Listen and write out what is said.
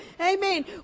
Amen